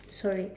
sorry